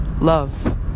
love